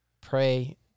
pray